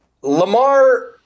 Lamar